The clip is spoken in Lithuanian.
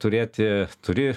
turėti turi